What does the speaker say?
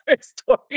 story